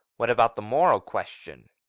what about the moral question?